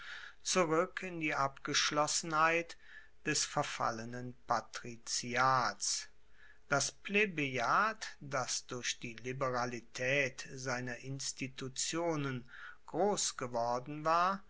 zurueck in die abgeschlossenheit des verfallenen patriziats das plebejat das durch die liberalitaet seiner institutionen grossgeworden war